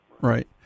Right